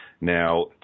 now